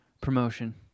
promotion